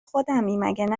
خودمی، مگه